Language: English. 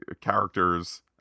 characters